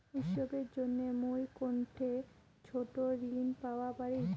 উৎসবের জন্য মুই কোনঠে ছোট ঋণ পাওয়া পারি?